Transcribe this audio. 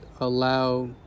allow